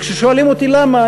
וכששואלים אותי למה,